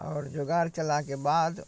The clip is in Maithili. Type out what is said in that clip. आओर जोगाड़ कएलाके बाद